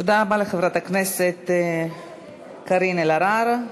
תודה רבה לחברת הכנסת קארין אלהרר.